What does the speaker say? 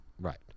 Right